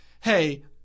hey